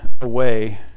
away